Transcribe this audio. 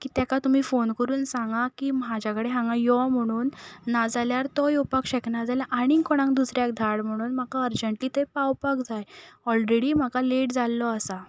की तेका तुमी फोन करून सांगा की म्हाज्या कडेन हांगा यो म्हणून नाजाल्यार तो येवपाक शकना जाल्यार आनीक कोणाक दुसऱ्याक धाड म्हणून म्हाका अर्जंट्ली थंय पावपाक जाय ऑलरेडी म्हाका लेट जाल्लो आसा